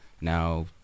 now